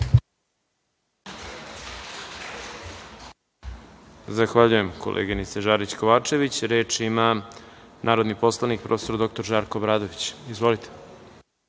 Zahvaljujem, koleginice Žarić Kovačević. Reč ima narodni poslanik prof. dr Žarko Obradović. **Žarko